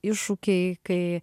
iššūkiai kai